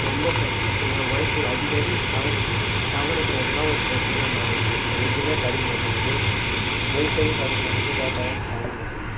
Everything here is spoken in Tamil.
ரொம்ப பிரச்சனை ஒய்ஃபை அடிக்கடி டவரு டவரு இப்போ எதனால் ஒரு பிரச்சனையா மாறிடுது எதுவுமே கிடைக்கமாட்டினுது ஒய்ஃபையும் கிடைக்க மாட்டேன்து டேட்டாவும் கிடைக்க மாட்டேன்து